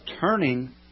turning